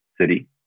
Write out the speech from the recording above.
city